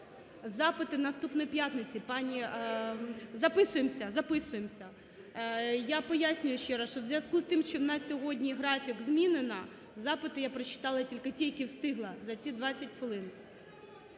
Запити наступної п'ятниці, пані. Записуємося. Я пояснюю ще раз, що у зв'язку з тим, що у нас сьогодні графік змінено, запити я прочитала тільки ті, які встигла за ці 20 хвилин.